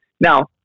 Now